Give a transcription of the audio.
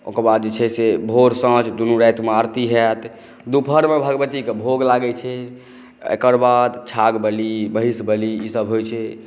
ओकर बाद जे छै से भोर साँझ दुनू रातिमे आरती होयत दुपहरमे भगवतीक भोग लागै छै एकर बाद छाग बलि महिष बलि ईसभ होइ छै